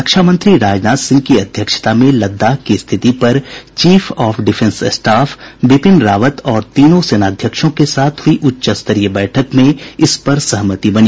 रक्षामंत्री राजनाथ सिंह की अध्यक्षता में लद्दाख की स्थिति पर chief of defence staff Bipin Rawat और तीनों सेनाध्यक्षों के साथ हुयी उच्चस्तरीय बैठक में इस पर सहमति बनी